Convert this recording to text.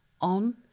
on